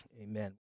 Amen